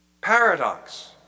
Paradox